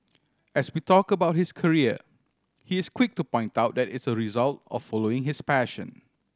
as we talk about his career he is quick to point out that it's a result of following his passion